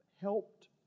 helped